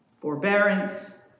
forbearance